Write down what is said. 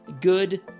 good